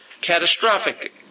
Catastrophic